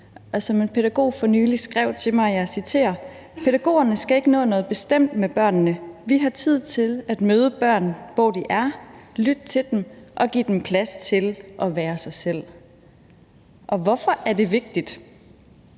Som en pædagog for nylig skrev til mig, og jeg citerer: Pædagogerne skal ikke nå noget bestemt med børnene. Vi har tid til at møde børnene, hvor de er, lytte til dem og give dem plads til at være sig selv. Hvorfor er det vigtigt?